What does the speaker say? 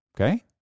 Okay